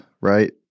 right